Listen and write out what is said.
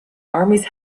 armies